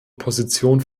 position